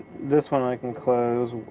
this one i can close,